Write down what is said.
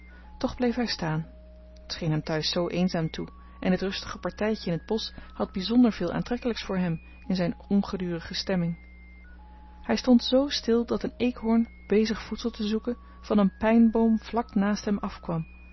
toch bleef hij staan t scheen hem thuis zoo eenzaam toe en dit rustige partijtje in het bosch had bijzonder veel aantrekkelijks voor hem in zijn ongedurige stemming hij stond z stil dat een eekhoorn bezig voedsel te zoeken van een pijnboom vlak naast hem afkwam